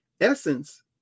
Essence